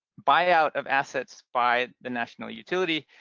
buyout of assets by the national utility.